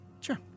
Sure